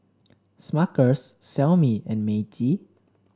Smuckers Xiaomi and Meiji